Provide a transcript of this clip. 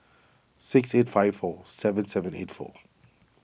six eight five four seven seven eight four